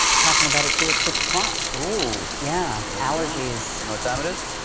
talking about it to at six o'clock. oh yeah allergies, what time it is.